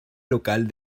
local